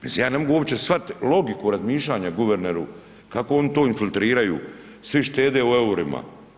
Mislim ja ne mogu uopće shvatiti logiku razmišljanja guverneru kako oni to infiltriraju, svi štede u eurima.